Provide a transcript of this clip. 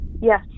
Yes